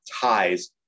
ties